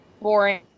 boring